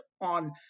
on